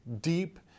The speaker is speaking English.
deep